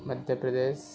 Madhya Pradesh